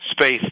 space